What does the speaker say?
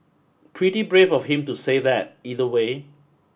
pretty brave of him to say that either way